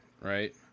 Right